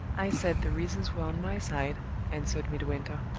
i said the reasons were on my side answered midwinter.